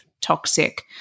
toxic